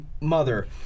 mother